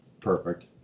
perfect